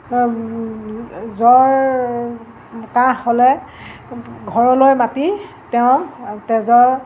জ্বৰ কাহ হ'লে ঘৰলৈ মাতি তেওঁ তেজৰ